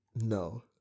No